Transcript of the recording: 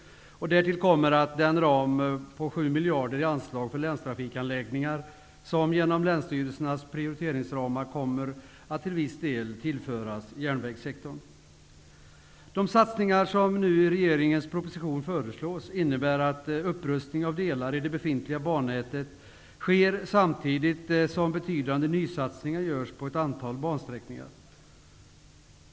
Därtill kommer den ram på 7 miljarder i anslag för länstrafikanläggningar som genom länsstyrelsernas prioriteringsramar kommer att till viss del tillföras järnvägssektorn. De satsningar som nu föreslås i regeringens proposition innebär att upprustning av delar i det befintliga bannätet sker samtidigt som betydande nysatsningar görs på ett antal bansträckningar.